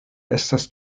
estas